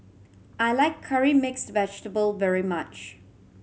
I like Curry Mixed Vegetable very much